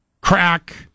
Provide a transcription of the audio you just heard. crack